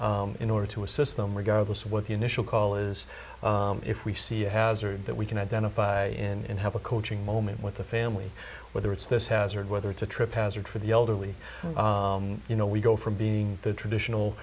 houses in order to assist them regardless of what the initial call is if we see hazard that we can identify in have a coaching moment with the family whether it's this hazard whether it's a trip hazard for the elderly you know we go from being the traditional